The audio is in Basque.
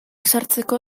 sartzeko